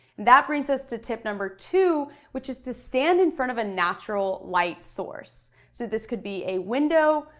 that brings us to tip number two, which is to stand in front of a natural light source. so this could be a window,